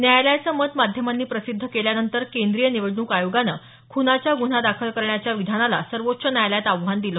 न्यायालयाचं मत माध्यमांनी प्रसिद्ध केल्यानंतर केंद्रीय निवडणूक आयोगानं खूनाचा गुन्हा दाखल करण्याच्या विधानाला सर्वोच्च न्यायालयात आव्हान दिलं